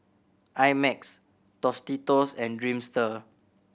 I Max Tostitos and Dreamster